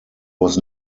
was